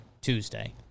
Tuesday